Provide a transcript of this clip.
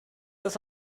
das